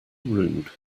rude